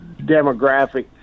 demographic